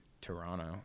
Toronto